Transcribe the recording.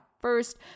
first